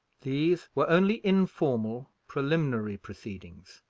these were only informal, preliminary proceedings.